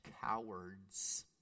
cowards